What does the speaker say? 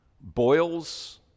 Boils